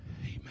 Amen